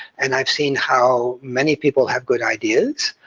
and i've seen how many people have good ideas.